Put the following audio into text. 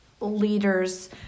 leaders